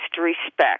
respect